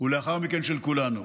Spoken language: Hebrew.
ולאחר מכן של כולנו,